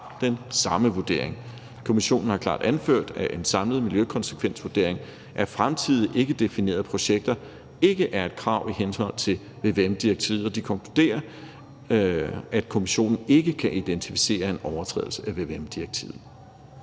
den samme vurdering. Kommissionen har klart anført, at en samlet miljøkonsekvensvurdering af fremtidige, ikkedefinerede projekter ikke er et krav i henhold til vvm-direktivet, og Kommissionen konkluderer, at den ikke kan identificere en overtrædelse af vvm-direktivet.